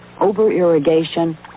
over-irrigation